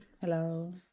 Hello